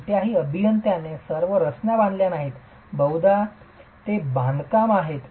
कोणत्याही अभियंत्याने या सर्व रचना बांधल्या नाहीत बहुधा ते बांधकाम आहेत